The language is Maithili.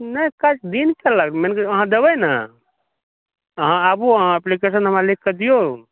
नहि दिन तऽ अहाँ देबै ने अहाँ आबूँ एप्लीकेशन हमरा लिखिक दियौ